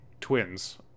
twins